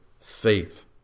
faith